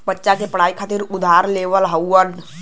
बच्चा क पढ़ाई खातिर उधार लेवल हउवन